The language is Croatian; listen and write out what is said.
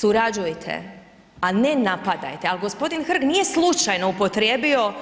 Surađujte, a ne napadajte, ali g. Hrg nije slučajno upotrijebio